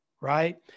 Right